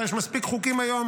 יש מספיק חוקים היום,